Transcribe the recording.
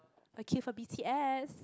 I queue for BTS